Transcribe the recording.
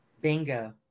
Bingo